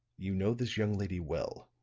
you know this young lady well.